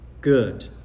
good